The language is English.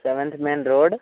seventh main road